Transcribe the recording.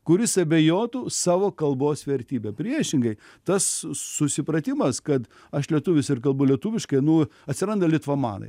kuris abejotų savo kalbos vertybe priešingai tas susipratimas kad aš lietuvis ir kalbu lietuviškai nu atsiranda litvamanai